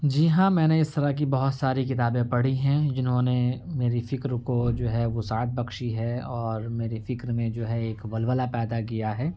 جی ہاں میں نے اس طرح کی بہت ساری کتابیں پڑھی ہیں جنہوں نے میری فکر کو جو ہے وسعت بخشی ہے اور میری فکر میں جو ہے ایک ولولہ پیدا کیا ہے